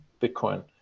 Bitcoin